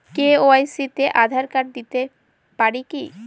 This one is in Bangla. কে.ওয়াই.সি তে আধার কার্ড দিতে পারি কি?